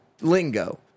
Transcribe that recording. lingo